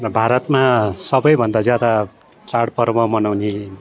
भारतमा सबैभन्दा ज्यादा चाडपर्व मनाउने